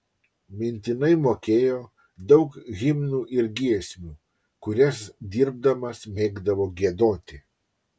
mintinai mokėjo daug himnų ir giesmių kurias dirbdamas mėgdavo giedoti